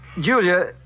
Julia